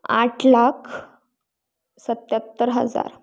आठ लाख सत्याहत्तर हजार